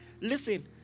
listen